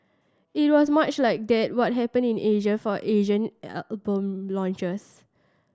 it was much like that were happened in Asia for Asian album launches